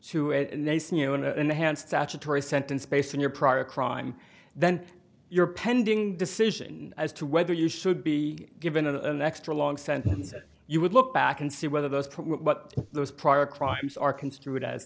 to it and they see you in a hand statutory sentence based on your prior crime then your pending decision as to whether you should be given an extra long sentence that you would look back and see whether those what those prior crimes are construed as